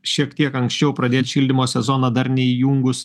šiek tiek anksčiau pradėt šildymo sezoną dar neįjungus